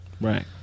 Right